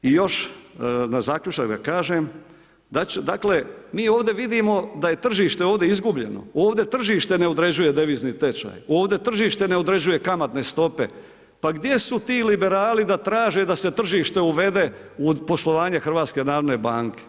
I još za zaključak da kažem, mi ovdje vidimo da je tržište ovdje izgubljeno, ovdje tržište ne određuje devizni tečaj, ovdje tržište ne određuje kamatne stope, pa gdje su ti liberali da traže da se tržište uvede od poslovanja HNB?